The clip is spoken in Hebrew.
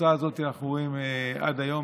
את התוצאה הזאת אנחנו רואים עד היום,